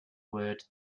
word